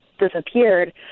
disappeared